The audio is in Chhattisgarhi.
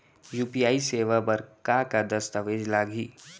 यू.पी.आई सेवा बर का का दस्तावेज लागही?